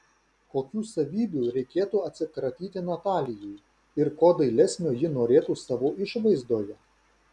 kokių savybių reikėtų atsikratyti natalijai ir ko dailesnio ji norėtų savo išvaizdoje